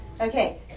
Okay